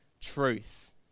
truth